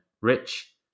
Rich